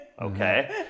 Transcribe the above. okay